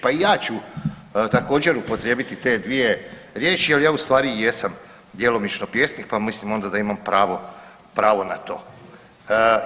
Pa i ja ću također upotrijebiti te dvije riječi jer ja u stvari i jesam djelomično pjesnik, pa mislim onda da imam pravo, pravo na to.